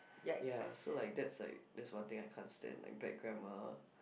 ya so like that's like that's one thing I can't stand like bad grammar